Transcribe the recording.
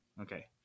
Okay